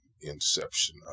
inception